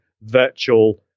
virtual